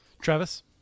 Travis